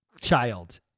child